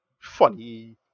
funny